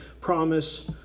promise